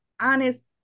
honest